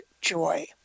joy